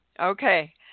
Okay